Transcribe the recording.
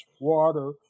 water